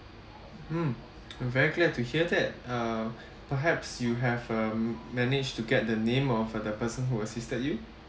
mm I'm very glad to hear that uh perhaps you have uhm managed to get the name of the person who assisted you